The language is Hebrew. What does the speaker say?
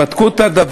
בבקשה.